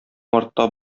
мартта